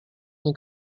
nie